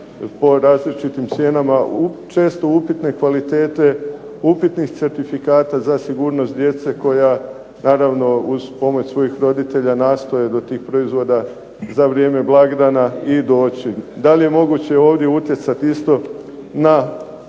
po različitim cijenama, često upitne kvalitete, upitnih certifikata za sigurnost djece koja naravno uz pomoć svojih roditelja nastoje do tih proizvoda za vrijeme blagdana i doći. Da li je moguće ovdje utjecati isto na